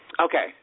Okay